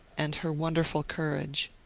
and her wonder ful courage.